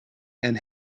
and